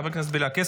חבר הכנסת בליאק,